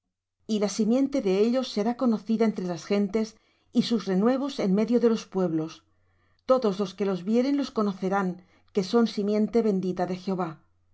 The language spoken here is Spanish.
y la simiente de ellos será conocida entre las gentes y sus renuevos en medio de los pueblos todos los que los vieren los conocerán que son simiente bendita de jehová